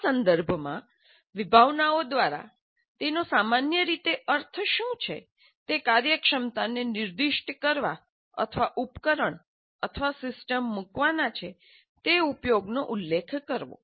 આ સંદર્ભમાં વિભાવનાઓ દ્વારા તેનો સામાન્ય રીતે અર્થ શું છે તે કાર્યક્ષમતાને નિર્દિષ્ટ કરવા અથવા ઉપકરણ અથવા સિસ્ટમ મૂકવાના છે તે ઉપયોગનો ઉલ્લેખ કરવો